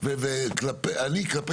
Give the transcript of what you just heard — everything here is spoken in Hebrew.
בשלב התכנון,